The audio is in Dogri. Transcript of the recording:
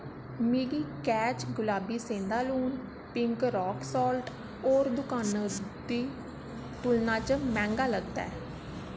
मिगी कैच गलाबी सेंधा लून पिंक रॉक साल्ट होर दकानें दी तुलना च मता मैंह्गा लगदा ऐ